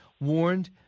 warned